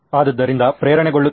ಆದ್ದರಿಂದ ಪ್ರೇರಣೆ ಒಳಗೊಳ್ಳುತ್ತಿದೆ